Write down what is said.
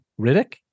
Riddick